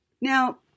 now